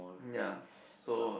ya so